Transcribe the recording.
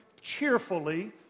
cheerfully